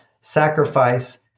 sacrifice